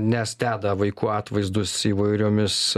nes deda vaikų atvaizdus įvairiomis